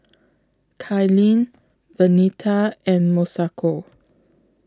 Cailyn Vernita and Masako